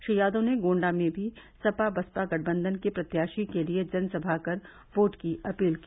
श्री यादव ने गोण्डा में भी सप बसपा गठबंधन के प्रत्याशी के लिये जनसभा कर वोट की अपील की